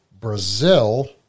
Brazil